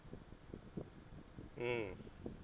mm